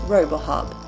Robohub